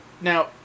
Now